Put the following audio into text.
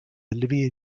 olivia